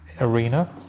arena